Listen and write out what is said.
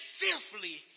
fearfully